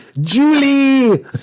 Julie